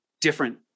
different